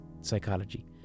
psychology